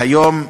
והיום,